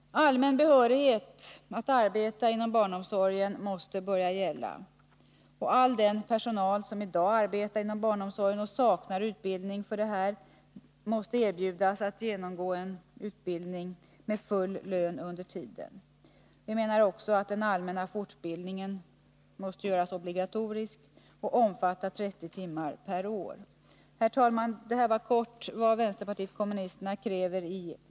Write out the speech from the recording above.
Allmän behörighet att arbeta inom barnomsorgen måste börja gälla. All den personal som i dag arbetar inom barnomsorgen och som saknar utbildning för detta måste erbjudas att genomgå utbildning med full lön under tiden. Den allmänna fortbildningen måste dessutom göras obligatorisk Herr talman! Detta var en kortfattad redovisning av vad vänsterpartiet kommunisterna kräver i sina motioner.